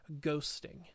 ghosting